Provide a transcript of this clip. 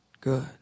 good